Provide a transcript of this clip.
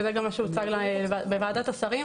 וזה גם מה שהוצג בוועדת השרים,